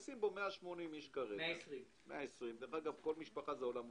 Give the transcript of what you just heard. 120. דרך אגב, כל משפחה זה עולם ומלואו.